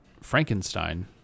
Frankenstein